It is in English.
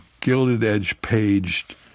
gilded-edge-paged